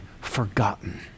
forgotten